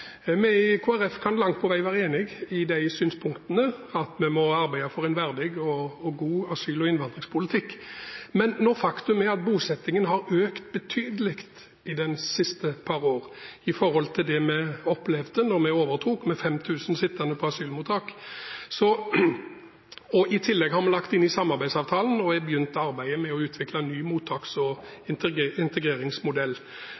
i Kristelig Folkeparti kan langt på vei være enig i de synspunktene, at vi må arbeide for en verdig og god asyl- og innvandringspolitikk. Men faktum er at bosettingen har økt betydelig de siste par årene i forhold til det vi opplevde da vi overtok i 2013 med 5 000 sittende på asylmottak. I tillegg har vi lagt inn i samarbeidsavtalen og begynt arbeidet med å utvikle en ny mottaks- og integreringsmodell.